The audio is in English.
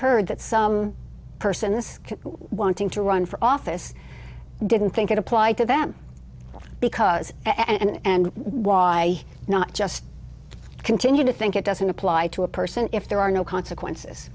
heard that some persons wanting to run for office didn't think it applied to them because and why not just continue to think it doesn't apply to a person if there are no consequences